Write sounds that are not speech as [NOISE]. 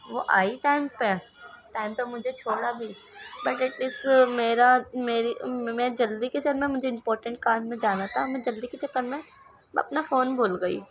وہ آئی ٹائم پہ ٹائم پہ مجھے چھوڑا بھی بٹ ایٹلسٹ میرا میری میں جلدی کے [UNINTELLIGIBLE] میں مجھے امپارٹینٹ کام میں جانا تھا میں جلدی کے چکر میں میں اپنا فون بھول گئی